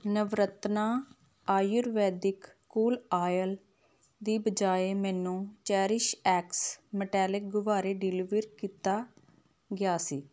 Navratna Ayurvedic cool oil ਦੀ ਬਜਾਏ ਮੈਨੂੰ ਚੇਰੀਸ਼ਐਕਸ ਮਟੈਲਿਕ ਗੁਬਾਰੇ ਡਿਲੀਵਰ ਕੀਤਾ ਗਿਆ ਸੀ